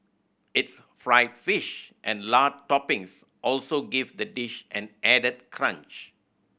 its fried fish and lard toppings also give the dish an added crunch